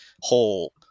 whole